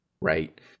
right